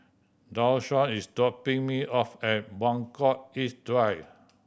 Deshawn is dropping me off at Buangkok East Drive